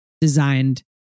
designed